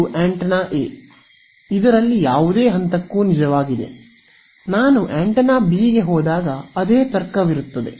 ಇದು antenna A ನಲ್ಲಿ ಯಾವುದೇ ಹಂತಕ್ಕೂ ನಿಜವಾಗಿದೆ ನಾನು ಆಂಟೆನಾ ಬಿ ಗೆ ಹೋದಾಗ ಅದೇ ತರ್ಕವರುತ್ತದೆ